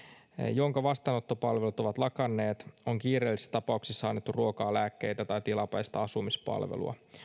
jonka vastaanottopalvelut ovat lakanneet on kiireellisissä tapauksissa annettu ruokaa lääkkeitä tai tilapäistä asumispalvelua